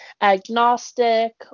agnostic